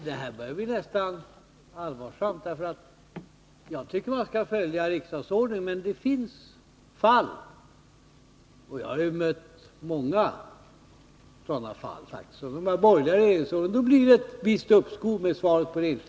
Herr talman! Det här börjar bli allvarsamt. Jag tycker visst att man skall följa riksdagsordningen, men det finns fall — jag har faktiskt stött på många sådana under de borgerliga regeringsåren — då det finns anledning att ge vederbörande statsråd uppskov med att besvara en fråga.